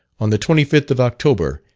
on the twenty fifth of october,